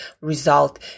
result